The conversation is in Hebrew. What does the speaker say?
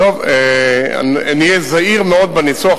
אהיה זהיר מאוד בניסוח,